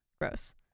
Gross